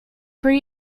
pre